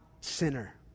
sinner